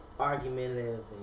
argumentative